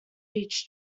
each